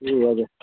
ए हजुर